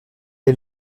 est